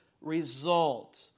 result